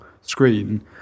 screen